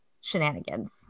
shenanigans